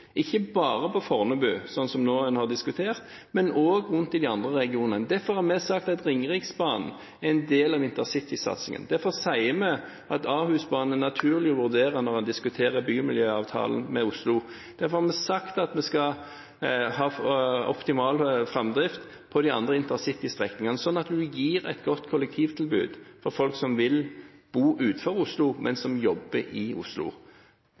ikke bare på Fornebu, som vi har diskutert, men også rundt i de andre regionene. Derfor har vi sagt at Ringeriksbanen er en del av intercitysatsingen, og derfor sier vi at Ahusbanen er naturlig å vurdere når en diskuterer bymiljøavtalen med Oslo. Derfor har vi sagt at vi skal ha optimal framdrift på de andre intercitystrekningene, sånn at man gir et godt kollektivtilbud for folk som vil bo utenfor Oslo, men som jobber i Oslo.